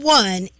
one